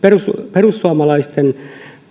perussuomalaisten